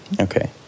Okay